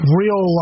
real